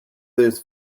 this